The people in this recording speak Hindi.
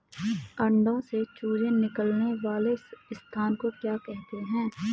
अंडों से चूजे निकलने वाले स्थान को क्या कहते हैं?